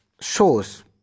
shows